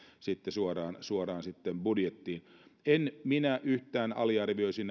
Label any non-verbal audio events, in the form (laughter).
sitten suoraan suoraan budjettiin en minä yhtään aliarvioisi (unintelligible)